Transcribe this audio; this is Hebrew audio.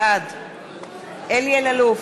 בעד אלי אלאלוף,